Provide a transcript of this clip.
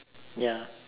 ya